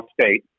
State